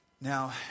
Now